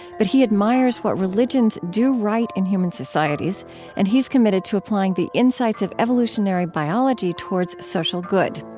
but he admires what religions do right in human societies and he's committed to applying the insights of evolutionary biology towards social good.